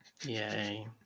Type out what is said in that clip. Yay